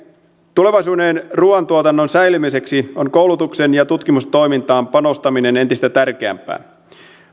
tulevaisuuden ruuantuotannon säilymiseksi on koulutukseen ja tutkimustoimintaan panostaminen entistä tärkeämpää